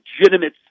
legitimate